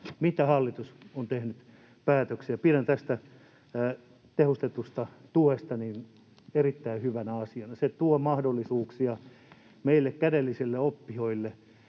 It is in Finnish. mitä hallitus on tehnyt päätöksiä. Pidän tätä tehostettua tukea erittäin hyvänä asiana. Se tuo mahdollisuuksia meille kädellisille oppijoille